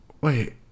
Wait